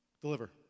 Deliver